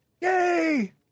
Yay